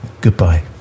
Goodbye